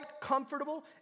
comfortable